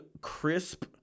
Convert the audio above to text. crisp